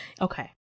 Okay